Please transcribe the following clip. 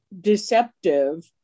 deceptive